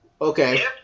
Okay